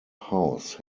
house